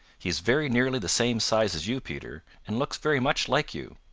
he is very nearly the same size as you, peter, and looks very much like you.